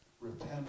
repent